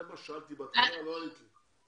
את זה שאלתי בהתחלה ולא ענית לי.